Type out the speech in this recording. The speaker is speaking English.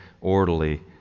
orderly